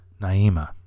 Naima